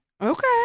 Okay